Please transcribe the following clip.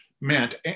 meant